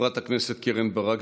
חברת הכנסת קרן ברק,